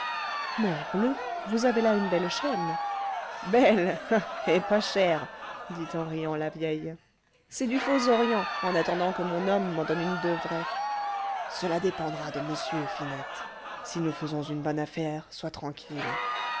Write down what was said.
morbleu vous avez là une belle chaîne belle et pas chère dit en riant la vieille c'est du faux orient en attendant que mon homme m'en donne une de vrai cela dépendra de monsieur finette si nous faisons une bonne affaire sois tranquille